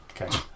Okay